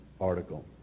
article